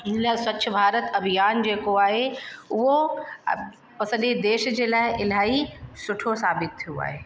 इन लाइ स्वच्छ भारत अभियान जेको आहे उहो असांजे देश जे लाइ सुठो साबितु थियो आहे